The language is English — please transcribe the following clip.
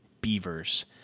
Beavers